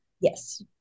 Yes